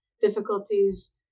difficulties